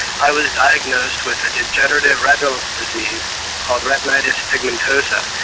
i was diagnosed with a degenerative retinal disease called retinitis pigmentosa.